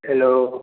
hello